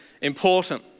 important